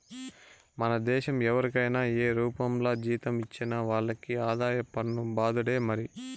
మన దేశం ఎవరికైనా ఏ రూపంల జీతం ఇచ్చినా వాళ్లకి ఆదాయ పన్ను బాదుడే మరి